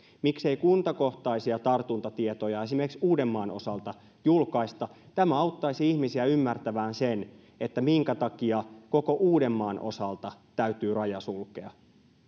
miksei kuntakohtaisia tartuntatietoja esimerkiksi uudenmaan osalta julkaista tämä auttaisi ihmisiä ymmärtämään sen minkä takia koko uudenmaan osalta täytyy raja sulkea